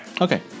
Okay